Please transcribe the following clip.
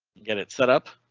get it set up.